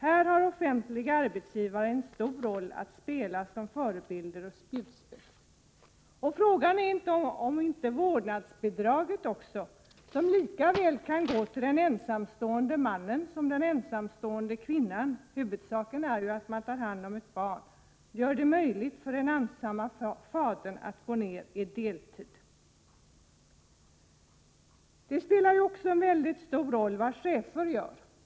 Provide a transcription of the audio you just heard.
Här har de offentliga arbetsgivarna en stor roll att spela som förebilder och spjutspetsar. Frågan är om inte vårdnadsbidraget — som kan gå till den ensamstående mannen lika väl som till den ensamstående kvinnan, huvudsaken är ju att man tar hand om ett barn — gör det möjligt för den ensamma fadern att arbeta deltid. Det spelar också en mycket stor roll vad chefer gör.